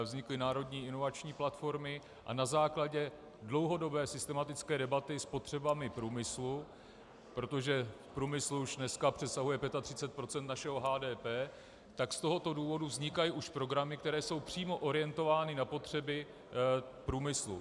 Vznikly národní inovační platformy a na základě dlouhodobé systematické debaty o potřebách průmyslu, protože průmysl už dneska přesahuje 35 % našeho HDP, z tohoto důvodu vznikají už programy, které jsou přímo orientovány na potřeby průmyslu.